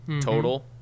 total